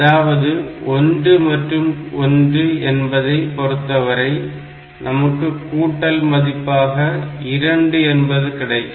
அதாவது 1 மற்றும் 1 என்பதை பொறுத்தவரை நமக்கு கூட்டல் மதிப்பாக 2 என்பது கிடைக்கும்